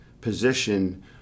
position